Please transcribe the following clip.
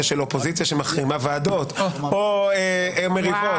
של אופוזיציה שמחרימה ועדות או מריבות,